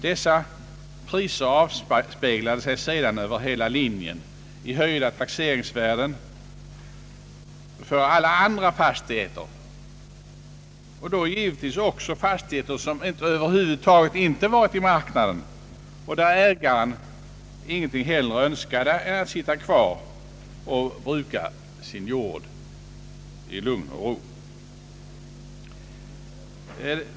Dessa priser avspeglar sig sedan över hela linjen uti höjda taxeringsvärden för alla andra fastigheter, och då givetvis också för fastigheter som över huvud taget inte varit i marknaden och vilkas ägare ingenting hellre önskade än att sitta kvar och att bruka sin jord i lugn och ro.